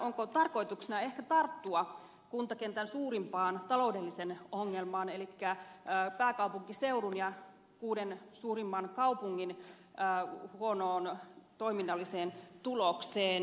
onko tarkoituksena ehkä tarttua kuntakentän suurimpaan taloudelliseen ongelmaan elikkä pääkaupunkiseudun ja kuuden suurimman kaupungin huonoon toiminnalliseen tulokseen